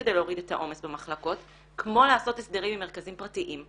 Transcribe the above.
כדי להוריד את העומס במחלקות כמו לעשות הסדרים עם מרכזים פרטיים.